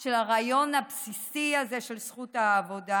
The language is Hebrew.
של הרעיון הבסיסי הזה של זכות העבודה,